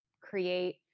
create